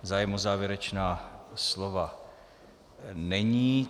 Zájem o závěrečná slova není.